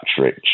Rich